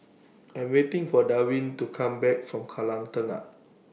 I Am waiting For Darwin to Come Back from Kallang Tengah